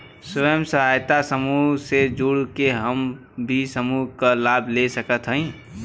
स्वयं सहायता समूह से जुड़ के हम भी समूह क लाभ ले सकत हई?